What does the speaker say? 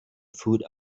food